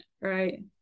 right